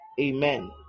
amen